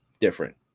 different